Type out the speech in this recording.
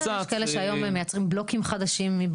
יש כשאלה שהיום מייצרים בלוקים חדשים.